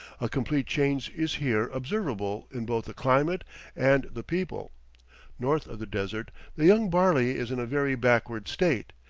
a complete change is here observable in both the climate and the people north of the desert the young barley is in a very backward state,